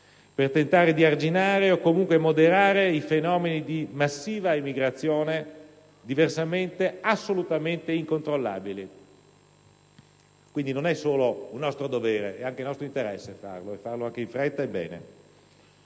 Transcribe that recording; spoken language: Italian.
per tentare di arginare o comunque moderare i fenomeni di massiva emigrazione, diversamente assolutamente incontrollabili. Quindi, non è solo nostro dovere, è anche nostro interesse farlo ed anche in fretta e bene.